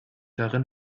darin